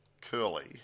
Curly